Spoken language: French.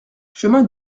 chemin